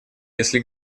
если